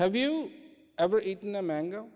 have you ever eaten a mango